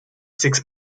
six